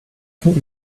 von